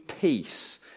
peace